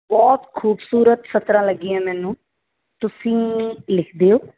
ਬਹੁਤ ਖੂਬਸੂਰਤ ਸਤਰਾਂ ਲੱਗੀਆਂ ਮੈਨੂੰ ਤੁਸੀਂ ਲਿਖਦੇ ਹੋ